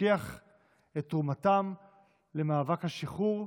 להשכיח את תרומתם למאבק השחרור.